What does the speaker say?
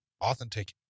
authentic